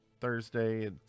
Thursday